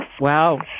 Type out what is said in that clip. Wow